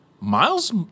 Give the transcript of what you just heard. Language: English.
Miles